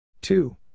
Two